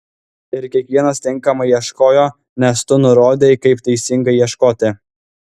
ir kiekvienas tinkamai ieškojo nes tu nurodei kaip teisingai ieškoti